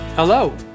Hello